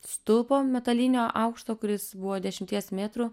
stulpo metalinio aukšto kuris buvo dešimties metrų